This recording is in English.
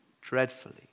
dreadfully